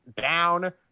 down